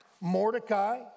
Mordecai